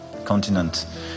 continent